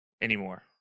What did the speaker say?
anymore